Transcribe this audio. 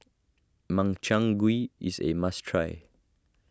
Makchang Gui is a must try